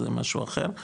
זה משהו אחר,